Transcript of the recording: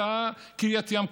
קריית ים,